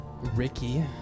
Ricky